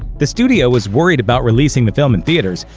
the studio was worried about releasing the film in theaters,